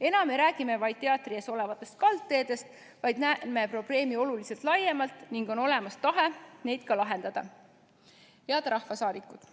Enam ei räägi me vaid teatri ees olevatest kaldteedest, vaid näeme probleemi oluliselt laiemalt ning on olemas ka tahe neid lahendada. Head rahvasaadikud!